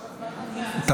החוקה.